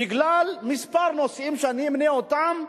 בגלל כמה נושאים שאני אמנה אותם,